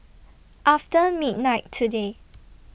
after midnight today